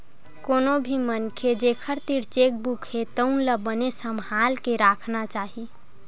कोनो भी मनखे जेखर तीर चेकबूक हे तउन ला बने सम्हाल के राखना चाही